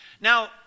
Now